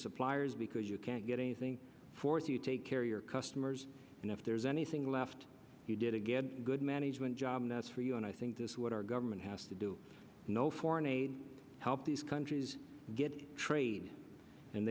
suppliers because you can't get anything for it you take care of your customers and if there's anything left you did a good good management job that's for you and i think this is what our government has to do no foreign aid to help these countries get trade and